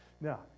Now